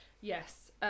Yes